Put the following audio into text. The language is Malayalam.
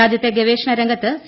രാജ്യത്തെ ഗവേഷണ രംഗത്ത് സി